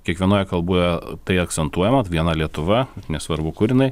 kiekvienoje kalboje tai akcentuojama viena lietuva nesvarbu kur jinai